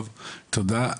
טוב, תודה.